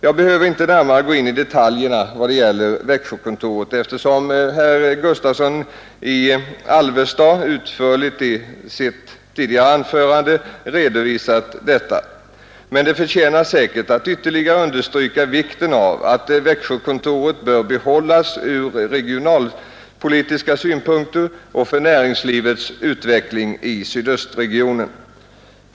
Jag behöver icke närmare gå in på detaljerna vad det gäller Växjökontoret, eftersom herr Gustavsson i Alvesta i sitt tidigare anförande utförligt har redovisat dessa. Men det tjänar säkert ett syfte att ytterligare understryka vikten av att Växjökontoret bör behållas ur regionalpolitiska synpunkter och för näringslivets utveckling i sydostregionen.